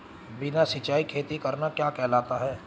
बिना सिंचाई खेती करना क्या कहलाता है?